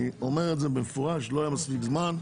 אני אומר במפורש שלא היה מספיק זמן.